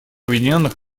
объединенных